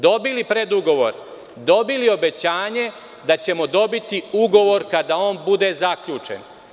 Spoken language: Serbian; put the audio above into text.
Dobili smo predugovor, dobili obećanje da ćemo dobiti ugovor kada on bude zaključen.